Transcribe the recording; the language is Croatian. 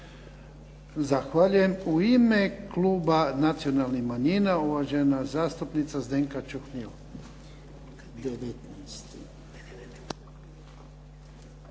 Zahvaljujem. U ime kluba Nacionalnih manjina uvažena zastupnika Zdenka Čuhnil.